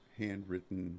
handwritten